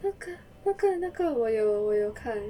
那个那个那个我有我有看